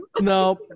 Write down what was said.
No